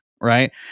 right